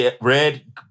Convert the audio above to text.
red